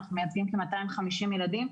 אנחנו מייצגים כ-250 ילדים,